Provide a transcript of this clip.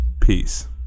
Peace